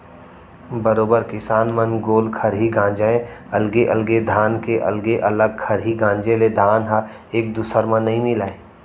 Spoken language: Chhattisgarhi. बरोबर किसान मन गोल खरही गांजय अलगे अलगे धान के अलगे अलग खरही गांजे ले धान ह एक दूसर म नइ मिलय